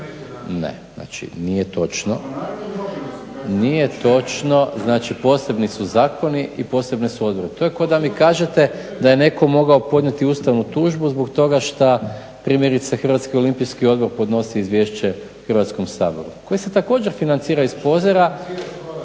ne razumije se./… Nije točno. Znači, posebni su zakoni i posebne su odredbe. To je kao da mi kažete da je netko mogao podnijeti ustavnu tužbu zbog toga šta primjerice Hrvatski olimpijski odbor podnosi izvješće Hrvatskom saboru koji se također financira iz